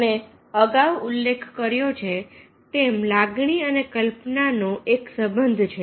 અને અગાઉ ઉલ્લેખ કર્યો છે તેમ લાગણી અને કલ્પના નો એક સંબંધ છે